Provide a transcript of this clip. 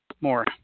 more